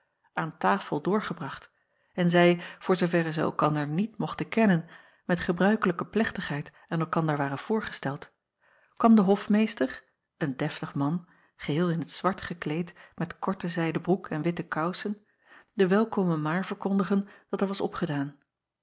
aan tafel doorgebracht en zij voor zooverre zij elkander niet mochten kennen met gebruikelijke plechtigheid aan elkander waren voorgesteld kwam de hofmeester een deftig man geheel in t zwart gekleed met korten zijden broek en witte kousen de welkome maar verkondigen dat er was opgedaan